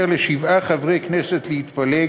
ואפשר לשבעה חברי כנסת להתפלג,